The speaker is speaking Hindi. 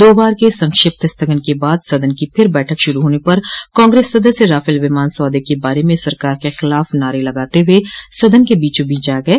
दो बार के संक्षिप्त स्थगन के बाद सदन की फिर बैठक शुरू होने पर कांग्रेस सदस्य राफल विमान सौदे के बारे में सरकार के खिलाफ नारे लगाते हुए सदन के बीचो बीच आ गए